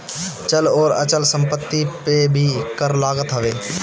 चल अउरी अचल संपत्ति पे भी कर लागत हवे